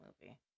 movie